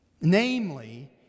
Namely